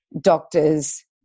doctors